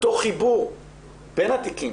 אותו חיבור בין התיקים